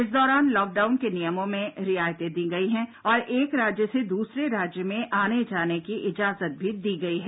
इस दौरान लॉकडाउन के नियमों में रियायतें दी गई हैं और एक राज्य से दूसरे राज्य में आने जाने की इजाजत भी दे दी गई है